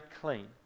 clean